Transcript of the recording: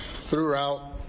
throughout